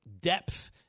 depth